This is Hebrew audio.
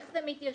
איך זה מתיישב.